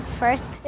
first